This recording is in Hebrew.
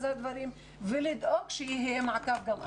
הדברים ולדאוג שיהיה גם מעקב אחריהם.